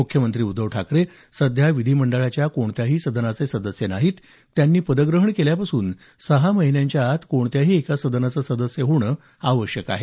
मुख्यमंत्री उद्धव ठाकरे सध्या विधीमंडळाच्या कोणत्याही सदनाचे सदस्य नाहीत त्यांनी पदग्रहण केल्यापासून सहा महिन्यांच्या आत कोणत्याही एका सदनाचं सदस्य होणं आवश्यक आहे